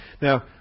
Now